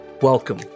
Welcome